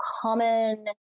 common